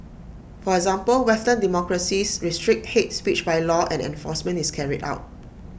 for example western democracies restrict hate speech by law and enforcement is carried out